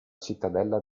cittadella